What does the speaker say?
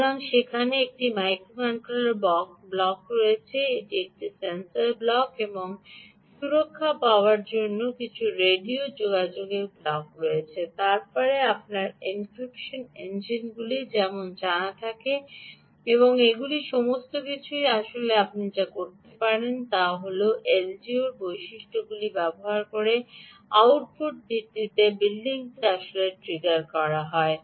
সুতরাং সেখানে একটি মাইক্রোকন্ট্রোলার ব্লক রয়েছে ডানদিকে একটি সেন্সর ব্লক রয়েছে এবং সুরক্ষা পাওয়ার জন্য কিছু রেডিও যোগাযোগের ব্লক রয়েছে তারপরে আপনার এনক্রিপশন ইঞ্জিনগুলি যেমন জানা থাকে এবং এগুলি সমস্ত কিছুই আসলে যা আপনি যা করতে পারেন তা করতে পারেন এলডিওর এই বৈশিষ্ট্যগুলি ব্যবহার করে আউটপুটের ভিত্তিতে বিল্ডিংটি আসলে ট্রিগার করা যায়